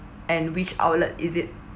and which outlet is it